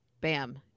Bam